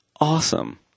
Awesome